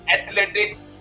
athletics